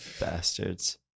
Bastards